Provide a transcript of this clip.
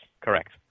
correct